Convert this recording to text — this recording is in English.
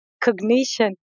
cognition